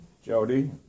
Jody